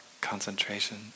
concentration